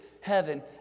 heaven